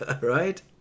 Right